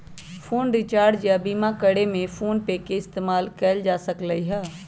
phone recharge या बीमा करे में फोनपे के इस्तेमाल कएल जा सकलई ह